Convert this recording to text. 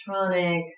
electronics